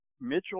Mitchell